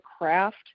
craft